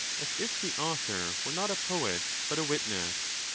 as if the author were not a poet, but a witness.